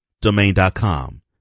Domain.com